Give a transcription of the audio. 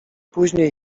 później